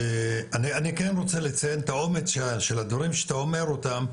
אני כן רוצה לציין את האומץ של הדברים שאתה אומר אותם,